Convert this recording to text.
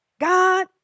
God